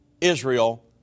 Israel